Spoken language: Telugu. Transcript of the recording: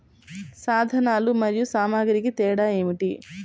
సాధనాలు మరియు సామాగ్రికి తేడా ఏమిటి?